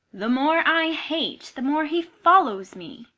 the more i hate, the more he follows me.